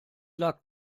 lag